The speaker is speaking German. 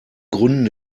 gründen